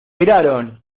miraron